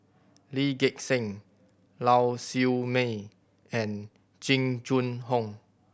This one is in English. Lee Gek Seng Lau Siew Mei and Jing Jun Hong